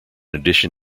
addition